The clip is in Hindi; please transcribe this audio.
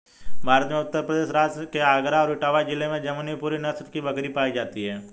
भारत में उत्तर प्रदेश राज्य के आगरा और इटावा जिले में जमुनापुरी नस्ल की बकरी पाई जाती है